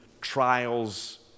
trials